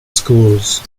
schools